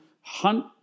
hunt